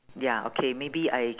ya okay maybe I